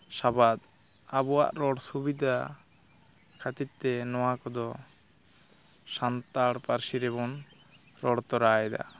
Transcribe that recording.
ᱥᱟᱵᱟᱫ ᱟᱵᱚᱣᱟᱜ ᱨᱚᱲ ᱥᱩᱵᱤᱫᱷᱟ ᱠᱷᱟᱹᱛᱤᱨ ᱛᱮ ᱱᱚᱣᱟ ᱠᱚᱫᱚ ᱥᱟᱱᱛᱟᱲ ᱯᱟᱹᱨᱥᱤ ᱨᱮᱵᱚᱱ ᱨᱚᱲ ᱛᱚᱨᱟᱭᱮᱫᱟ